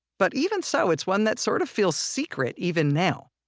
but even so, it's one that sort of feels secret even now.